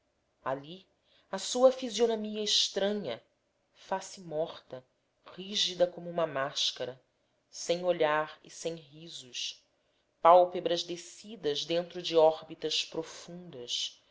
ali a sua fisionomia estranha face morta rígida como uma máscara sem olhar e sem risos pálpebras descidas dentro de órbitas profundas